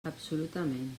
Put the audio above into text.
absolutament